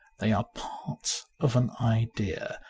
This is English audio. they are parts of an idea,